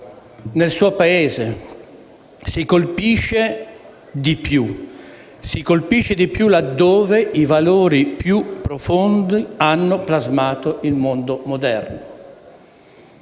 nel suo Paese si colpisce di più; si colpisce di più laddove i valori più profondi hanno plasmato il mondo moderno,